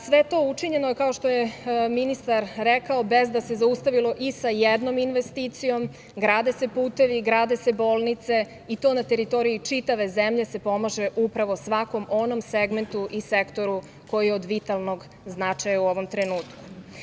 Sve to učinjeno je, kao što je ministar rekao, bez da se zaustavilo i sa jednom investicijom, grade se putevi, grade se bolnice i to na teritorije čitave zemlje se pomaže upravo svakom onom segmentu i sektoru koji je od vitalnog značaja u ovom trenutku.